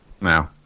No